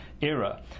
era